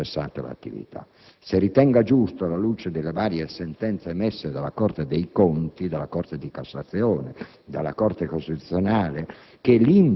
che hanno cessato l'attività; se ritenga giusto, alla luce delle varie sentenze emesse dalla Corte dei conti, dalla Corte di cassazione, dalla Corte costituzionale,